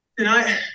Tonight